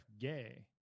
gay